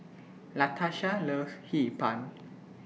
Latasha loves Hee Pan